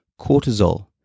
cortisol